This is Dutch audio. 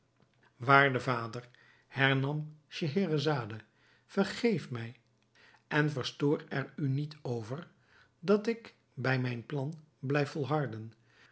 waarde vader hernam scheherazade vergeef mij en verstoor er u niet over dat ik bij mijn plan blijf volharden